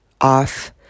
off